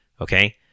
okay